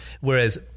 whereas